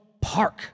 park